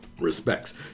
respects